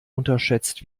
unterschätzt